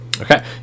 Okay